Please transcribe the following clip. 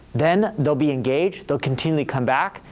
then they'll be engaged, they'll continually come back,